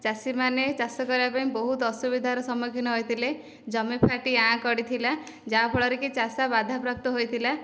ଚାଷୀମାନେ ଚାଷ କରିବା ପାଇଁ ବହୁତ ଅସୁବିଧାର ସମ୍ମୁଖୀନ ହୋଇଥିଲେ ଜମି ଫାଟି ଆଁ କରିଥିଲା ଯାହାଫଳରେ କି ଚାଷ ବାଧାପ୍ରାପ୍ତ ହୋଇଥିଲା